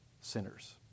sinners